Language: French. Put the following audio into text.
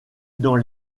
dans